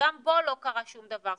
שגם בו לא קרה שום דבר.